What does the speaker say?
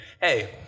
hey